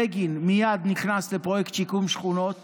בגין מייד נכנס לפרויקט שיקום שכונות